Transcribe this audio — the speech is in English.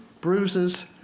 bruises